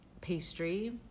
pastry